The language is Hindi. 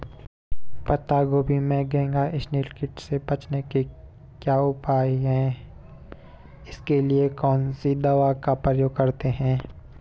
पत्ता गोभी में घैंघा इसनैल कीट से बचने के क्या उपाय हैं इसके लिए कौन सी दवा का प्रयोग करते हैं?